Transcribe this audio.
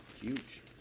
huge